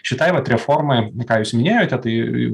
šitai vat reformai ką jūs minėjote tai